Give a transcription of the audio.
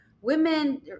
women